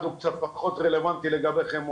אחד הוא קצת פחות רלוונטי לגביכם,